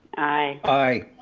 aye. aye.